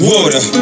Water